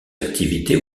activités